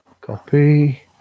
Copy